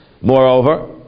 moreover